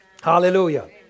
Hallelujah